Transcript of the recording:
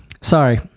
sorry